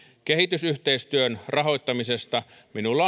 kehitysyhteistyön rahoittamisesta minulla